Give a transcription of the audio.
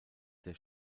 der